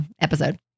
episode